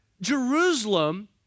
Jerusalem